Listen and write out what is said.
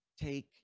take